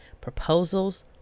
proposals